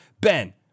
Ben